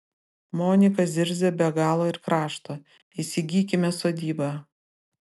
monika zirzia be galo ir krašto įsigykime sodybą